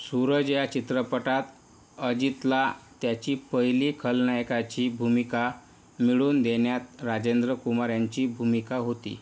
सूरज या चित्रपटात अजितला त्याची पहिली खलनायकाची भूमिका मिळून देण्यात राजेंद्र कुमार यांची भूमिका होती